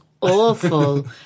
awful